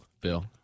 Bill